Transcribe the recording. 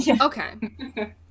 okay